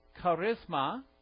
charisma